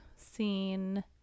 Scene